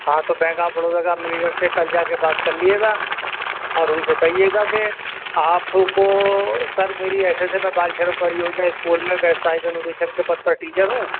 ہاں تو bank of Baroda کے مینج ر سے کل جا کے بات کر لیے گا اور ان سے کہیے گا کہ آپ کو سر میری ایسے ایسے میں بال شرم پری یوجنا اسکول میں ویوساے کے اندیشک کے پد پر ٹیچر ہوں